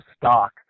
stock